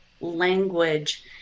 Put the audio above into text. language